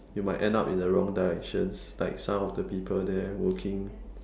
you might end up in the wrong directions like some of the people there working